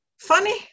funny